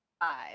Five